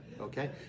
okay